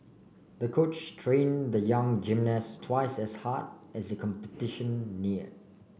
the coach train the young gymnast twice as hard as the competition near